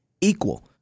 equal